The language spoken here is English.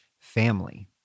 family